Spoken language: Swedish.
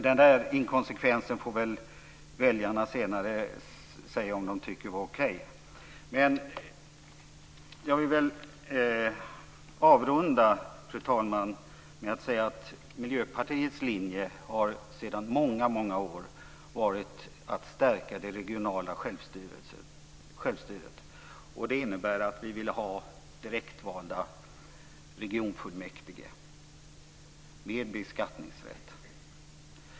Den inkonsekvensen får väl väljarna senare säga om de tycker är okej. Jag vill avrunda, fru talman, med att säga att Miljöpartiets linje sedan många år har varit att stärka det regionala självstyret. Det innebär att vi vill ha direktvalda regionfullmäktige med beskattningsrätt.